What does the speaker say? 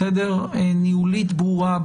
ניהולית ברורה,